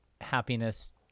happiness